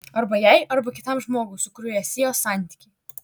arba jai arba kitam žmogui su kuriuo ją siejo santykiai